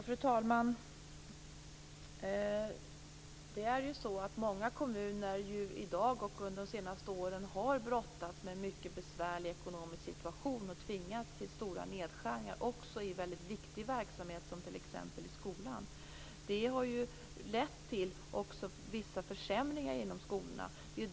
Fru talman! Många kommuner brottas i dag med en mycket besvärlig ekonomisk situation och har så gjort under de senaste åren. De har tvingats till stora nedskärningar också i väldigt viktig verksamhet, t.ex. skolan. Det har lett till vissa försämringar inom skolorna.